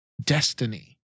destiny